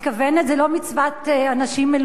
זה לא מצוות אנשים מלומדה,